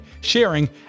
sharing